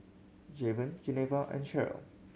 Javen Geneva and Cheryl